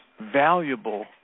valuable